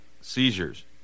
Seizures